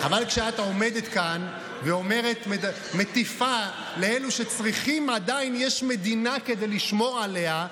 אבל כשאת עומדת כאן ומטיפה: עדיין יש מדינה כדי לשמור עליה,